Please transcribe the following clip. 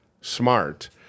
smart